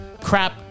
crap